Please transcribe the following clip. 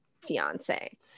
fiance